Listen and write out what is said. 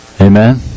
Amen